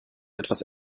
etwas